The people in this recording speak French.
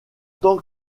tant